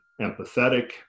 empathetic